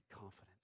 confidence